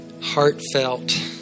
Heartfelt